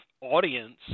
audience